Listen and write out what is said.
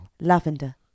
lavender